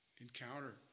encounter